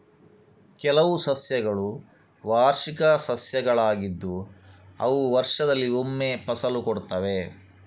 ಕೆಲವು ಸಸ್ಯಗಳು ವಾರ್ಷಿಕ ಸಸ್ಯಗಳಾಗಿದ್ದು ಅವು ವರ್ಷದಲ್ಲಿ ಒಮ್ಮೆ ಫಸಲು ಕೊಡ್ತವೆ